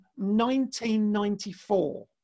1994